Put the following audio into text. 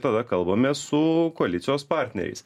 tada kalbamės su koalicijos partneriais